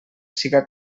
siga